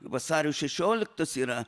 vasario šešioliktos yra